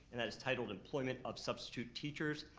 and that is titled employment of substitute teachers,